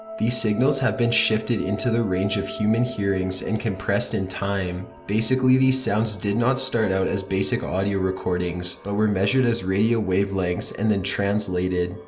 these signals have been shifted into the range of human hearing and compressed in time. basically these sounds did not start out as basic audio recordings, but were measured as radio wavelengths and then translated.